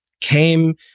came